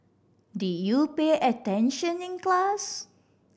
did you pay attention in class